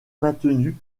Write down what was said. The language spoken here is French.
maintenu